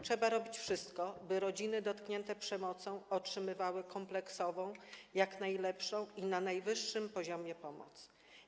Trzeba robić wszystko, by rodziny dotknięte przemocą otrzymywały kompleksową, jak najlepszą i na najwyższym poziomie pomoc.